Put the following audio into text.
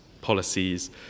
policies